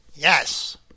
Yes